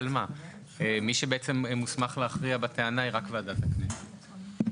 מי שמוסמך להכריע בטענה הוא רק ועדת הכנסת.